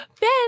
Ben